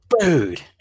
food